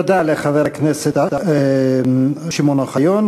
תודה לחבר הכנסת שמעון אוחיון.